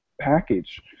package